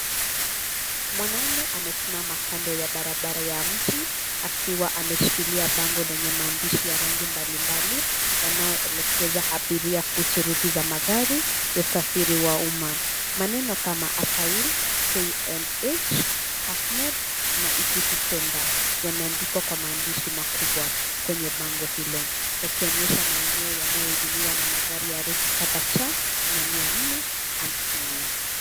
Mwanaume amesimama kando ya barabara ya mji, akiwa ameshikilia bango lenye maandishi ya rangi mbalimbali , yanayoelekeza abiria kuhusu ruti za magari ya usafiri wa umma. Maneno kama upperhill , KNH, Kasneb na Equity centre, yameandikwa kwa maandishi makubwa kwenye bango hilo, yakionyesha maeneo yanayohudumiwa na magari ya ruti saba cha, na mia nne hamsini.